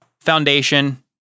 foundation